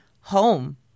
home